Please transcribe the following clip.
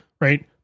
right